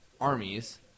armies